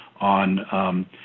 on